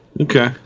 Okay